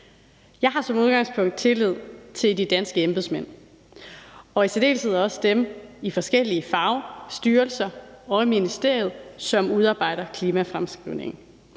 Jeg har som udgangspunkt tillid til de danske embedsmænd og i særdeleshed også dem i de forskellige fagstyrelser ovre i ministeriet, som udarbejder klimafremskrivningen.